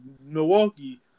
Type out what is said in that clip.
Milwaukee